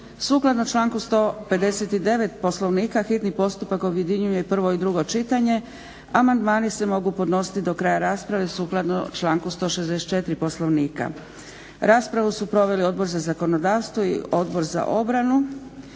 Sukladno članku 159. Poslovnika hitni postupak objedinjuje prvo i drugo čitanje. Amandmani se mogu podnositi do kraja rasprave sukladno članku 164. Poslovnika. Raspravu o prijedlogu su proveli Odbor za zakonodavstvo i Odbor za obranu.